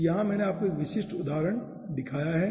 तो यहाँ मैंने आपको 1 विशिष्ट उदाहरण दिखाया है